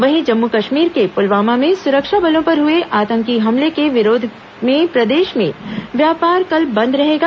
वहीं जम्मू कश्मीर के पुलवामा में सुरक्षा बलों पर हुए आतंकी हमले के विरोध में प्रदेश में व्यापार कल बंद रहेगा